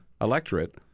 electorate